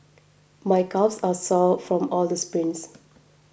my calves are sore from all the sprints